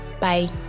Bye